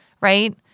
right